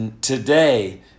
today